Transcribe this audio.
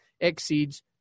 exceeds